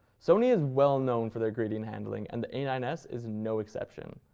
sony is well known for their gradient handling, and the a nine s is no exception.